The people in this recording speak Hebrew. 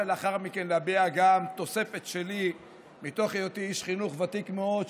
ולאחר מכן להביע גם תוספת שלי מתוך היותי איש חינוך ותיק מאוד,